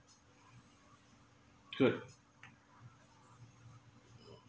good